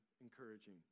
encouraging